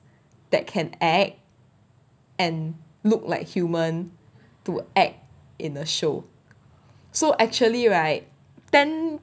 that can act and look like human to act in a show so actually right ten